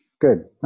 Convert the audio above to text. Good